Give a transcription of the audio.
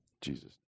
Jesus